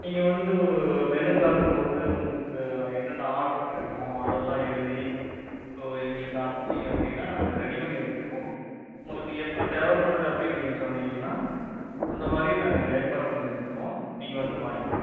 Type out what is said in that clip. நீங்கள் வந்து ஒரு மெனு கார்டு போட்டு உங்களுக்கு என்னென்ன ஆர்டர் வேணுமோ அதெல்லாம் எழுதி இப்போ எங்களுக்கு அனுப்புச்சீங்க அப்படினா நாங்கள் ரெடி பண்ணி வச்சிடுவோம் உங்களுக்கு எப்போ தேவைப்படுது அப்படினு நீங்கள் சொன்னீங்கனா அந்த மாதிரி நாங்கள் ஏற்பாடு பண்ணி வச்சுருவோம் நீங்கள் வந்து வாங்கிக்கலாம்